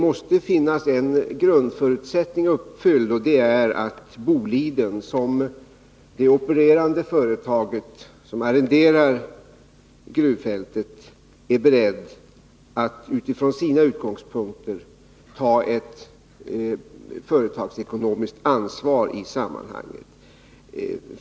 Men en grundförutsättning härför är att Boliden som det opererande företaget, som arrenderar gruvfältet, är berett att utifrån sina utgångspunkter ta ett företagsekonomiskt ansvar i sammanhanget.